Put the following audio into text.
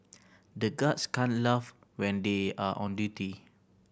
the guards can't laugh when they are on duty